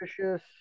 delicious